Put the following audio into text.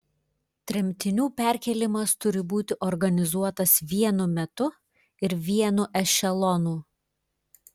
tremtinių perkėlimas turi būti organizuotas vienu metu ir vienu ešelonu